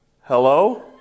hello